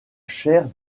chaire